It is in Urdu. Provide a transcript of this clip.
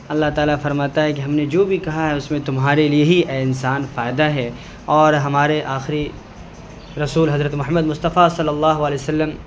اللہ تعالیٰ فرماتا ہے کہ ہم نے جو بھی کہا ہے اس میں تمہارے لیے ہی اے انسان فائدہ ہے اور ہمارے آخری رسول حضرت محمد مصطفیٰ صلی اللہ علیہ وسلم